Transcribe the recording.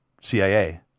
CIA